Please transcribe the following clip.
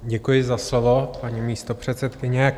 Děkuji za slovo, paní místopředsedkyně.